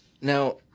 Now